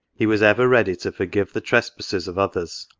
he was ever ready to forgive the trespasses of others,